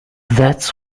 that’s